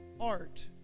Art